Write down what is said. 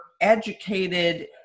educated